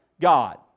God